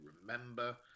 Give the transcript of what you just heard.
remember